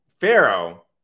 Pharaoh